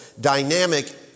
dynamic